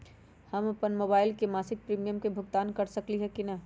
हम अपन मोबाइल से मासिक प्रीमियम के भुगतान कर सकली ह की न?